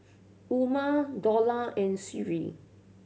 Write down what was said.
Umar Dollah and Sri